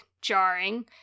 jarring